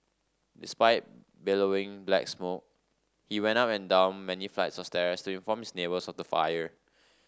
despite billowing black smoke he went up and down many flights of stairs to inform his neighbours of the fire